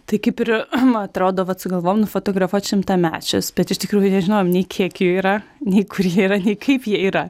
tai kaip ir atrodo vat sugalvojom nufotografuot šimtamečius bet iš tikrųjų nežinojom nei kiek jų yra nei kur jie yra nei kaip jie yra